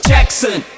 Jackson